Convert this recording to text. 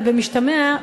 ובמשתמע,